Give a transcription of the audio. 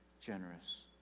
generous